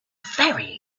very